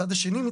הצד השני הוא